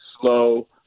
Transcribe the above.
slow